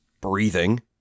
breathing